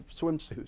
swimsuits